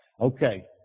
Okay